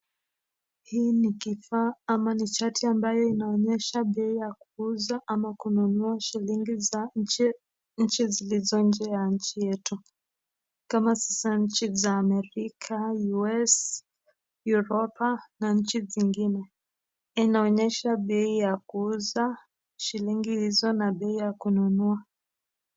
Hii ni kifaa ama ni chati ambayo inaonyesha bei ya kuuza ama kununua shilingi za nchi nchi zilizo nje ya nchi yetu kama sasa nchi za Amerika, US, Europa na nchi zingine. Inaonyesha bei ya kuuza shilingi hizo na bei ya kununua.